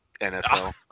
NFL